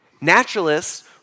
Naturalists